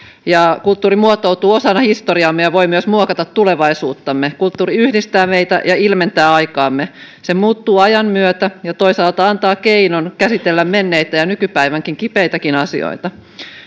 ja kulttuuri muotoutuu osana historiaamme ja voi myös muokata tulevaisuuttamme kulttuuri yhdistää meitä ja ilmentää aikaamme se muuttuu ajan myötä ja toisaalta antaa keinon käsitellä menneitä ja nykypäivän kipeitäkin asioita